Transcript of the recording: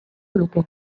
luke